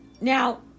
Now